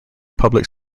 public